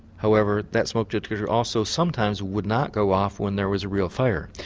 however that smoke detector also sometimes would not go off when there was a real fire.